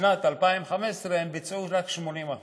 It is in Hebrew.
בשנת 2015 הם ביצעו רק 80%,